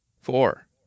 Four